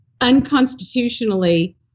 unconstitutionally